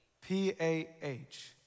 P-A-H